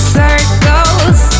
circles